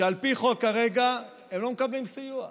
שעל פי חוק כרגע הם לא מקבלים סיוע.